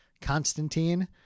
Constantine